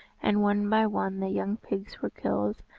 and one by one the young pigs were killed.